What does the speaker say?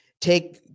Take